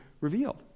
revealed